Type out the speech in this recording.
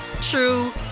true